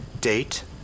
Date